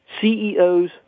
CEOs